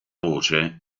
voce